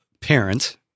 parent –